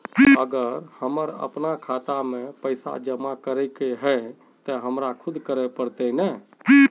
अगर हमर अपना खाता में पैसा जमा करे के है ते हमरा खुद रहे पड़ते ने?